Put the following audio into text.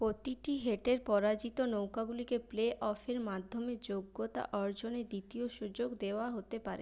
প্রতিটি হেটের পরাজিত নৌকাগুলিকে প্লে অফের মাধ্যমে যোগ্যতা অর্জনের দ্বিতীয় সুযোগ দেওয়া হতে পারে